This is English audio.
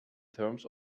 terms